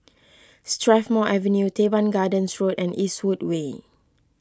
Strathmore Avenue Teban Gardens Road and Eastwood Way